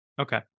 okay